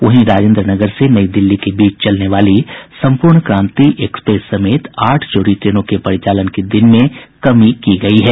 वहीं राजेंद्र नगर से नई दिल्ली के बीच चलने वाली संपूर्णक्रांति एक्सप्रेस समेत आठ जोड़ी ट्रेनों के परिचालन के दिन में कमी की गई है